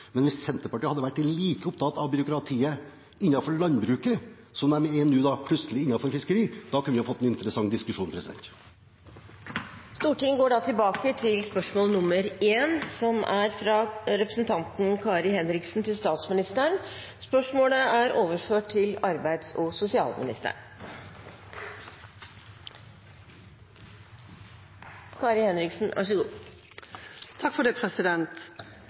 Men hvis Senterpartiet hadde vært like opptatt av byråkratiet innenfor landbruket som de nå plutselig er innenfor fiskeri, kunne vi fått en interessant diskusjon. Stortinget går da tilbake til spørsmål 1. Dette spørsmålet, fra Kari Henriksen til statsministeren, er overført til arbeids- og sosialministeren.